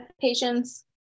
patients